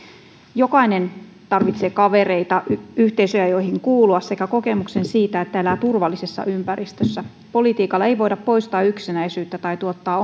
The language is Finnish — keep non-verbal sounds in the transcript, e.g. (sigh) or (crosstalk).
jokainen tarvitsee kavereita yhteisöjä joihin kuulua sekä kokemuksen siitä että elää turvallisessa ympäristössä politiikalla ei voida poistaa yksinäisyyttä tai tuottaa (unintelligible)